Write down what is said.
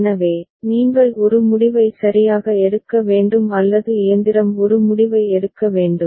எனவே நீங்கள் ஒரு முடிவை சரியாக எடுக்க வேண்டும் அல்லது இயந்திரம் ஒரு முடிவை எடுக்க வேண்டும்